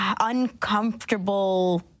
uncomfortable